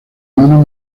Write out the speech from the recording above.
mano